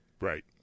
Right